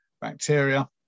bacteria